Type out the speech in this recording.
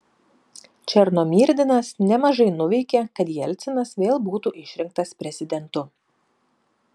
černomyrdinas nemažai nuveikė kad jelcinas vėl būtų išrinktas prezidentu